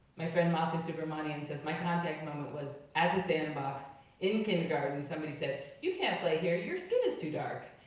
my friend marta subramanian says my contact moment was at the sandbox in kindergarten. somebody said you can't play here, your skin is too dark.